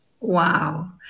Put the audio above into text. Wow